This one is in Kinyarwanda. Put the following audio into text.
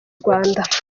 rwanda